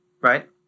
Right